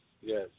Yes